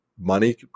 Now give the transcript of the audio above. money